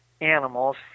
animals